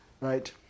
right